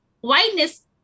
whiteness